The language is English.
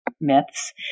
myths